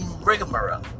rigmarole